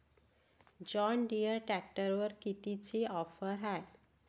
John Deere ट्रॅक्टरवर कितीची offer हाये?